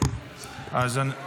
אני פה.